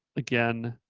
again,